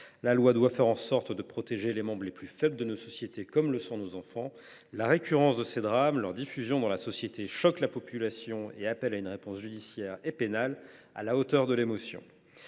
La loi doit faire en sorte de protéger les membres les plus faibles de notre société, une catégorie à laquelle appartiennent nos enfants. La récurrence de ces drames et leur diffusion dans la société choquent la population et appellent une réponse judiciaire et pénale à la hauteur de l’émotion